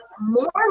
more